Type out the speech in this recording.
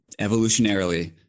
evolutionarily